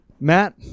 Matt